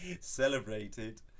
celebrated